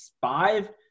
five